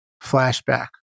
Flashback